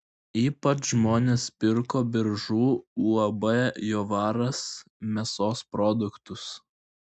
ypač žmonės pirko biržų uab jovaras mėsos produktus